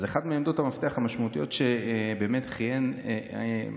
אחת מעמדות המפתח המשמעותיות שכיהן בהן